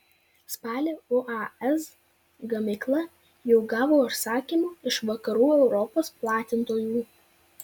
spalį uaz gamykla jau gavo užsakymų iš vakarų europos platintojų